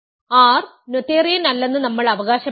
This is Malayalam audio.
R നോതേറിയൻ അല്ലെന്നു നമ്മൾ അവകാശപ്പെടുന്നു